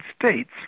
States